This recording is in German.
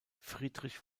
friedrich